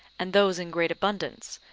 and those in great abundance,